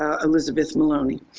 ah elizabeth maloney.